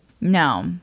No